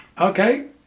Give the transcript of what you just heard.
okay